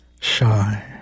shy